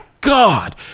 God